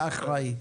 אתה אחראי.